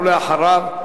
אחריו,